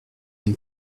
une